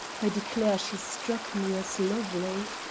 i declare she struck me as lovely.